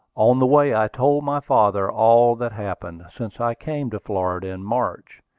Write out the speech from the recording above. on the way i told my father all that happened since i came to florida in march,